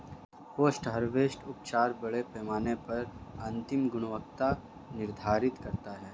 post harvest उपचार बड़े पैमाने पर अंतिम गुणवत्ता निर्धारित करता है